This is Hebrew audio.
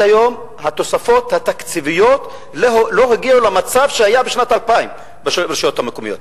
התוספות התקציביות לא הגיעו למצב שהיה בשנת 2000 ברשויות המקומיות.